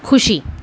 ખુશી